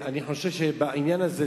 בהזדמנות הזאת